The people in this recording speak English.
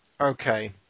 Okay